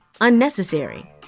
unnecessary